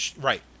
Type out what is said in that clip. Right